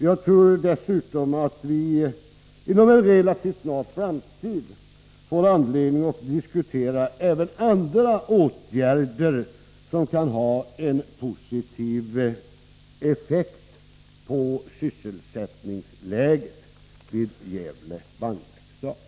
Jag tror dessutom att vi inom en relativt snar framtid får anledning att diskutera även andra åtgärder som kan ha en positiv effekt på sysselsättningsläget vid Gävle Vagnverkstad.